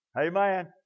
Amen